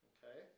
Okay